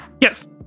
Yes